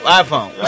iPhone